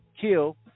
kill